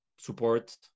support